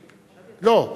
לא,